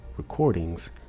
recordings